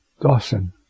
Dawson